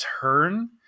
turn